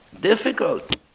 Difficult